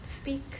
speak